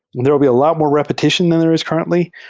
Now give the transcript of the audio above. there'll be a lot more repetition than there is currently.